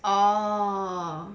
oh